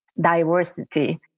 diversity